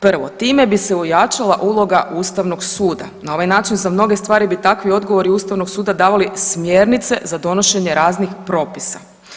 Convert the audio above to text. Prvo time bi se ojačala uloga Ustavnog suda, na ovaj način za mnoge stvari bi takvi odgovori Ustavnog suda davali smjernice za donošenje raznih propisa.